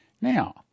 Now